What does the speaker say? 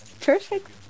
perfect